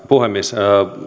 puhemies